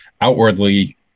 outwardly